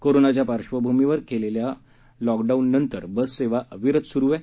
कोरोनाच्या पार्शभूमीवर करण्यात आलेल्या लॉकडाऊन नंतर बससेवा अविरत सुरु आहे